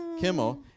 Kimmel